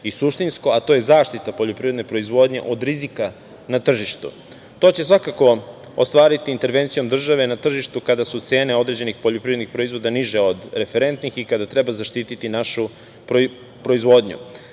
i suštinsko, a to je zaštita poljoprivredne proizvodnje od rizika na tržištu. To će se svakako ostvariti intervencijom države na tržištu kada su cene određenih poljoprivrednih proizvoda niže od referentnih i kada treba zaštiti našu proizvodnju,